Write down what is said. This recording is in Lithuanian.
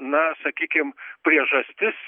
na sakykim priežastis